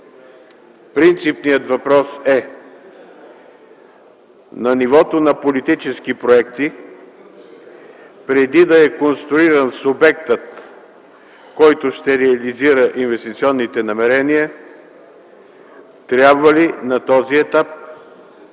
Принципният въпрос е на нивото на политически проекти, преди да е конструиран субектът, който ще реализира инвестиционните намерения - трябва ли на този етап